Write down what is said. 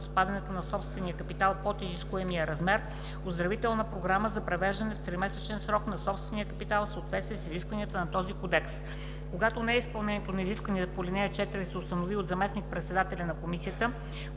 от спадането на собствения капитал под изискуемия размер оздравителна програма за привеждане в тримесечен срок на собствения капитал в съответствие с изискванията на този кодекс. Когато неизпълнението на изискването по ал. 4 се установи от заместник-председателя на комисията,